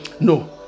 no